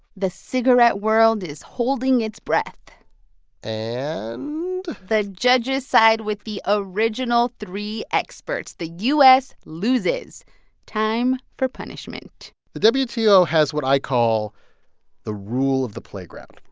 the cigarette world is holding its breath and. the judges side with the original three experts. the u s. loses time for punishment the the wto has what i call the rule of the playground.